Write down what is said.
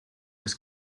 was